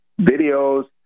videos